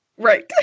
Right